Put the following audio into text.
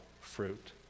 fruit